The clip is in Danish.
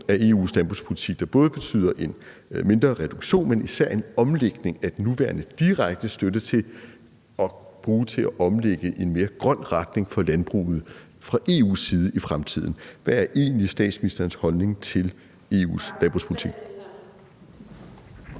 af EU's landbrugspolitik, der både betyder en mindre reduktion, men især også en omlægning af den nuværende direkte støtte i en mere grøn retning for landbruget fra EU's side i fremtiden. Hvad er egentlig statsministerens holdning til EU's landbrugspolitik?